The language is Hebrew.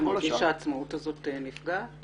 האם אתה מרגיש שהעצמאות הזאת נפגעת